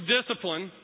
Discipline